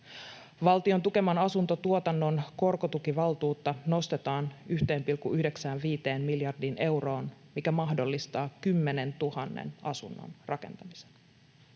Valtion tukeman asuntotuotannon korkotukivaltuutta nostetaan 1,95 miljardiin euroon, mikä mahdollistaa 10 000 asunnon rakentamisen.